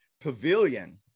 pavilion